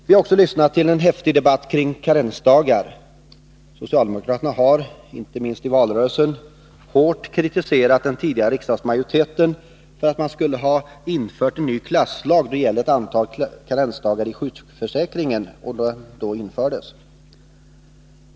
Vi har också lyssnat till en häftig debatt kring karensdagarna. Socialdemokraterna har, inte minst i valrörelsen, hårt kritiserat den tidigare riksdagsmajoriteten för att man skulle ha infört en ny klasslag då ett antal karensdagar i sjukförsäkringen infördes.